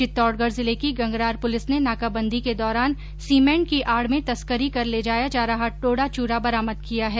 चित्तौड़गढ जिले की गंगरार पुलिस ने नाकाबंदी के दौरान सीमेंट की आड़ में तस्करी कर ले जाया जा रहा डोडा चूरा बरामद किया है